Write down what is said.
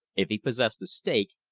if he possessed a stake,